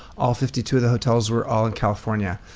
all fifty two of the hotels were all in california.